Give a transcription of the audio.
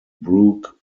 brook